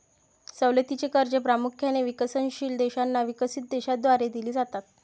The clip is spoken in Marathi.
सवलतीची कर्जे प्रामुख्याने विकसनशील देशांना विकसित देशांद्वारे दिली जातात